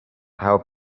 how